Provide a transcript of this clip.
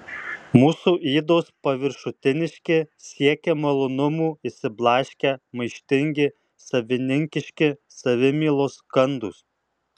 mūsų ydos paviršutiniški siekią malonumų išsiblaškę maištingi savininkiški savimylos kandūs